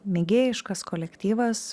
mėgėjiškas kolektyvas